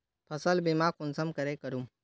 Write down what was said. फसल बीमा कुंसम करे करूम?